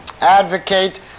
advocate